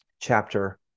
chapter